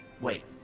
wait